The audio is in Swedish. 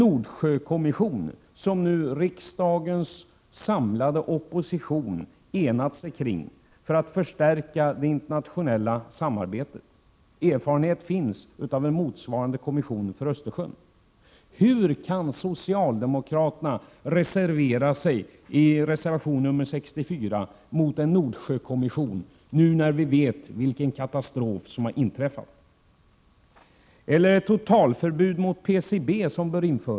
Oppositionen har enats kring kravet på en Nordsjökommission för att förstärka det internationella samarbetet. Det finns erfarenheter av en motsvarande kommission för Östersjön. Hur kan socialdemokraterna reservera sig i reservation nr 64 mot en Nordsjökommission — nu när vi vet vilken katastrof som har inträffat? Vi kräver totalförbud mot PCB.